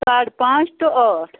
ساڑٕ پانٛژھ ٹُو ٲٹھ